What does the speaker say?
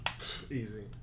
Easy